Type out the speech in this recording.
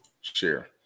Share